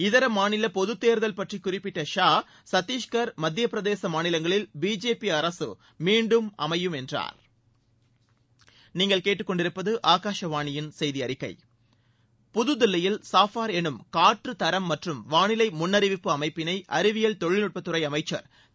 இதர மாநில பொதுத்தேர்தல் பற்றி குறிப்பிட்ட ஷா சத்தீஷ்கர் மத்தியப்பிரதேச மாநிலங்களில் பிஜேபி அரசு மீண்டும் அமையும் என்றார் புதுதில்லியில் சாஃபார் எனும் காற்றுத்தரம் மற்றும் வாளிலை முன்னறிவிப்பு அமைப்பினை அறிவியல் தொழில்நுட்ப துறை அமைச்சர் திரு